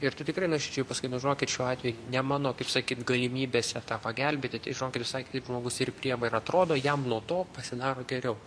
ir tu tikrai nuoširdžiai jau pasakai nu žinokit šiuo atveju ne mano kaip sakyt galimybėse tą pagelbėti tai žinokit visai kitaip žmogus ir priima ir atrodo jam nuo to pasidaro geriau